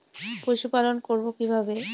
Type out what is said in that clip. পশুপালন করব কিভাবে?